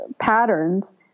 patterns